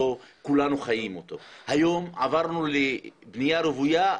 ואין פעילות נדל"נית ביישובים האלה.